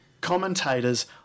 commentators